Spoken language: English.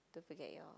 don't forget your